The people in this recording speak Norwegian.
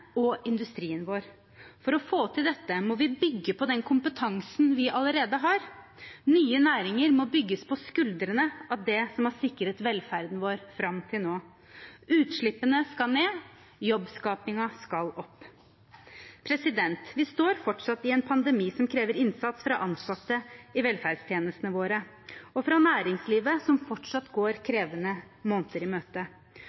og industrien vår. For å få til dette må vi bygge på den kompetansen vi allerede har. Nye næringer må bygges på skuldrene av det som har sikret velferden vår fram til nå. Utslippene skal ned, jobbskapingen skal opp. Vi står fortsatt i en pandemi som krever innsats fra ansatte i velferdstjenestene våre og fra næringslivet, som fortsatt går